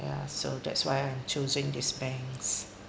ya so that's why I'm choosing this banks